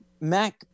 Mac